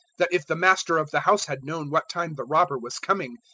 that if the master of the house had known what time the robber was coming,